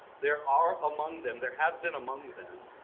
there are among them, there have been among them,